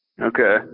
Okay